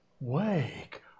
Wake